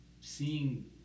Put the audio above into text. seeing